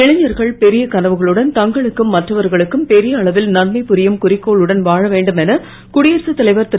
இளைஞர்கள் பெரிய கனவுகளுடன் தங்களுக்கும் மற்றுவர்களுக்கும் பெரிய அளவில் நன்மை புரியும் குறிக்கோஞடன் வாழ வேண்டுமென குடியரசுத் தலைவர் திரு